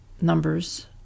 numbers